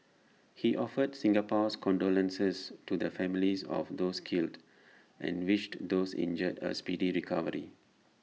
he offered Singapore's condolences to the families of those killed and wished those injured A speedy recovery